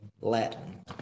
Latin